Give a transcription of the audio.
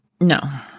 No